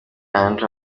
andrew